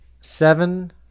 seven